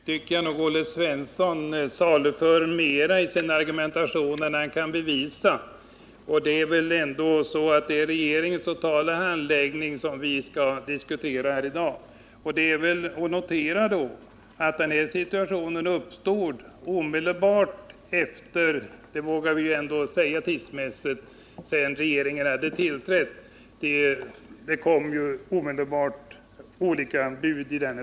Herr talman! Jag tycker nog att Olle Svensson saluför mer i sin argumentation än han kan bevisa. Det är ändå regeringens handläggning som vi skall diskutera i dag. Den här situationen uppstod — rent tidsmässigt vågar vi påstå — omedelbart efter det att den nya regeringen hade tillträtt. Det kom också, vilket redovisas i bil.